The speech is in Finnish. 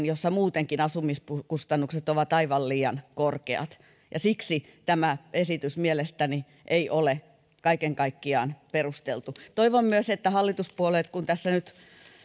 jossa muutenkin asumiskustannukset ovat aivan liian korkeat siksi tämä esitys mielestäni ei ole kaiken kaikkiaan perusteltu toivon myös hallituspuolueet että kun tässä nyt